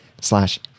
slash